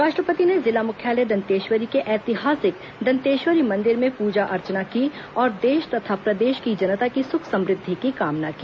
राष्ट्रपति ने जिला मुख्यालय दंतेश्वरी के ऐतिहासिक दंतेश्वरी मंदिर में पूजा अर्चना की और देश तथा प्रदेश की जनता की सुख समृद्धि की कामना की